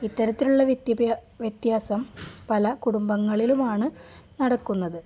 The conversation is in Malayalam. ഇത്തരത്തിലുള്ള വ്യത്യാസം പല കുടുംബങ്ങളിലുമാണ് നടക്കുന്നത്